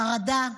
חרדה,